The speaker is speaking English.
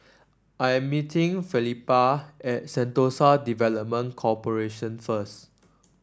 I am meeting Felipa at Sentosa Development Corporation first